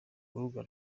rubuga